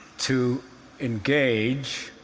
to engage